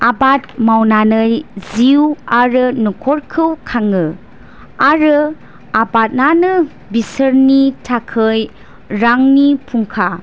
आबाद मावनानै जिउ आरो न'खरखौ खाङो आरो आबादानो बिसोरनि थाखाय रांनि फुंखा